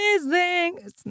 amazing